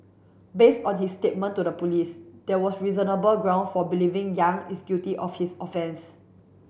based on his statement to the police there was reasonable ground for believing Yang is guilty of his offence